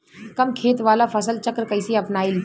कम खेत वाला फसल चक्र कइसे अपनाइल?